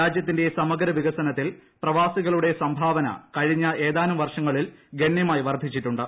രാജ്യത്തിന്റെ സമഗ്ര വിക്സനത്തിൽ പ്രവാസികളുടെ സംഭാവന കഴിഞ്ഞ ഏതാനും വർഷങ്ങളിൽ ഗണ്യമായി വർദ്ധിച്ചിട്ടുണ്ട്